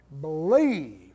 believe